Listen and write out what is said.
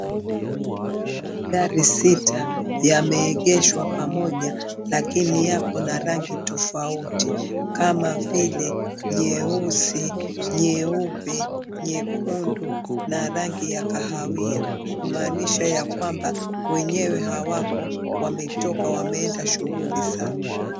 Magari sita yameegeshwa pamoja lakini yako na rangi tofauti kama vile nyeusi, nyeupe, nyekundu na rangi ya kahawia kumaanisha ya kwamba wenyewe hawako wametoka wameenda shughuli zao.